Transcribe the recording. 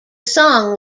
song